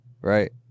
Right